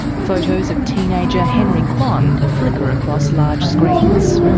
photos of teenager henry kwan flicker across large screens.